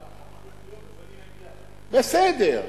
לא בשנה אחת, בסדר.